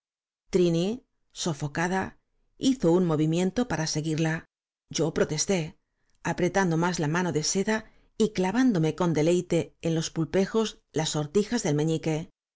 trini sofocada hizo un movimiento para seguirla yo protesté apretando más la mano de seda y clavándome con deleite en los pulpejos las sortijas del meñique